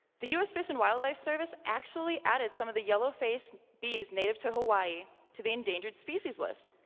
the u s. fish and wildlife service actually added some of the yellow-faced bees native to hawaii to the endangered species list,